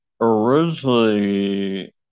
originally